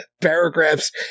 paragraphs